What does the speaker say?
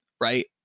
right